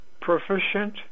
proficient